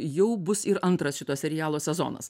jau bus ir antras šito serialo sezonas